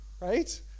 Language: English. right